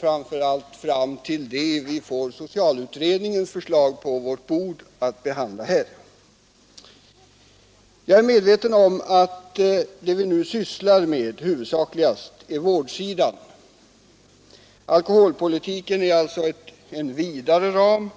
framför allt fram till det vi får socialutredningens förslag på vårt bord att behandla. Jag är medveten om att vad vi nu huvudsakligast sysslar med är vårdsidan. Alkoholpolitiken är alltså en vidare ram.